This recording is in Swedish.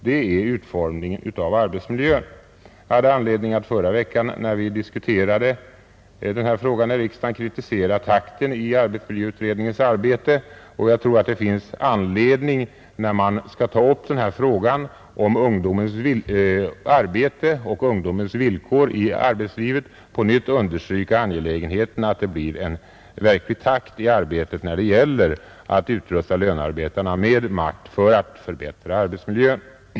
Det är utformningen av arbetsmiljön, Jag hade anledning att förra veckan, när vi diskuterade den frågan här i riksdagen, kritisera takten i arbetsmiljöutredningens arbete, och jag tror det finns anledning, då man skall ta upp frågan om ungdomens arbete och ungdomens villkor i arbetslivet, att på nytt understryka angelägenheten av att det blir en verkligt snabb takt i arbetet för att utrusta lönearbetarna med makt för att förbättra arbetsmiljön.